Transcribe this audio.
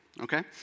okay